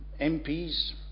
MPs